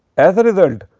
as a result,